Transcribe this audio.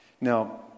Now